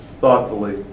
thoughtfully